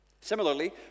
Similarly